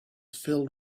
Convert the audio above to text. filled